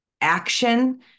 action